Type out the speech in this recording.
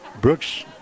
Brooks